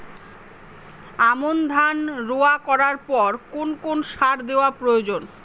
আমন ধান রোয়া করার পর কোন কোন সার দেওয়া প্রয়োজন?